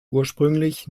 ursprünglich